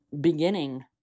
beginning